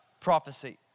prophecy